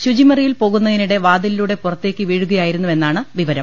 ശുചിമുറിയിൽ പോകുന്നതി നിടെ വാതിലിലൂടെ പുറത്തേക്ക് വീഴുകയായിരുന്നുവെന്നാണ് വിവരം